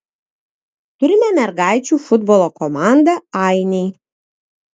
turime mergaičių futbolo komandą ainiai